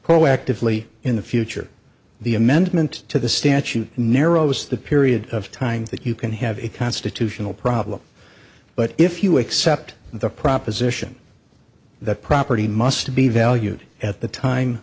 proactively in the future the amendment to the statute narrows the period of time that you can have a constitutional problem but if you accept the proposition that property must be valued at the time